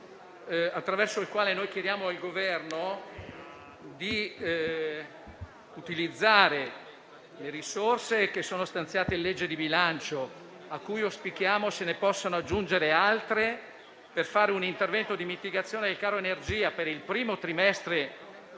attraverso il quale chiediamo al Governo di utilizzare le risorse stanziate in legge di bilancio, a cui auspichiamo se ne possano aggiungere altre, per fare un intervento di mitigazione del caro energia per il primo trimestre